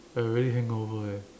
I really hangover eh